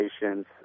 patients